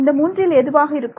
இந்த மூன்றில் எதுவாக இருக்கும்